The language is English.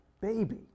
baby